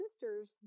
sisters